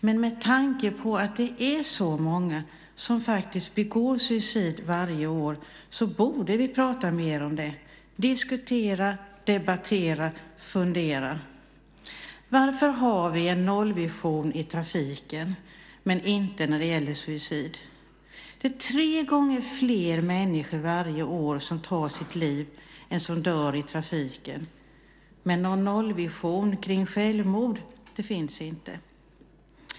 Men med tanke på att det är så många som faktiskt begår suicid varje år borde vi prata mer om det - diskutera, debattera och fundera. Varför har vi en nollvision i trafiken men inte när det gäller suicid? Det är tre gånger fler människor varje år som tar sitt liv än som dör i trafiken - men någon nollvision kring självmord finns inte.